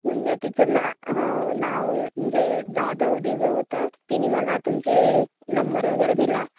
म्हणजे तिचं ना हो नाव म्हणजे जादव दिलं होतं तिने मला तुमची नंबर वगैरे दिला